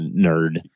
nerd